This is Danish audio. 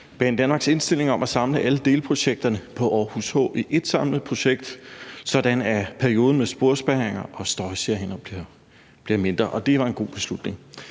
Banedanmarks indstilling om at samle alle delprojekterne på Aarhus Hovedbanegård i et samlet projekt, sådan at perioden med sporspærringer og støjgener bliver mindre. Og det var en god beslutning.